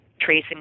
tracing